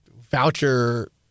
voucher